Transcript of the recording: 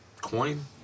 coin